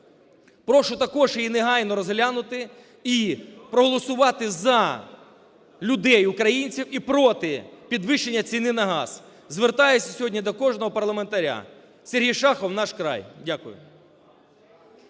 Прошу також її негайно розглянути і проголосувати за людей-українців, і проти підвищення ціни на газ. Звертаюся сьогодні до кожного парламентаря. Сергій Шахов, "Наш край". Дякую.